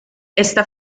esta